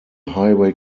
highway